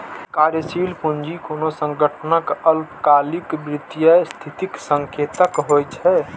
कार्यशील पूंजी कोनो संगठनक अल्पकालिक वित्तीय स्थितिक संकेतक होइ छै